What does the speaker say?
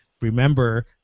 remember